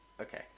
okay